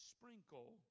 sprinkle